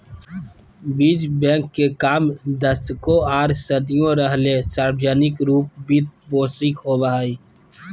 बीज बैंक के काम दशकों आर सदियों रहले सार्वजनिक रूप वित्त पोषित होबे हइ